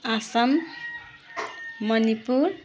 Assam Manipur